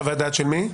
חוות דעת של מי?